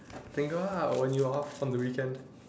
or when you off on the weekend